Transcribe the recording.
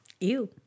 Ew